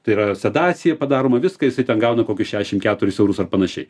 tai yra sedacija padaroma viską jisai ten gauna kokius šešiasdešim keturis eurus ar panašiai